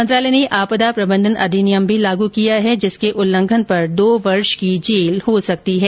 मंत्रालय ने आपदा प्रबन्धन अधिनियम भी लागू किया है जिसके उल्लंघन पर दो वर्ष की जेल हो सकती है